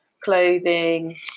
clothing